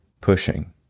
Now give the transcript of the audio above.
pushing